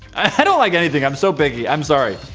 i don't like anything i'm so biggie, i'm sorry,